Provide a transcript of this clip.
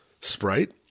Sprite